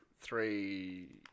three